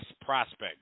prospect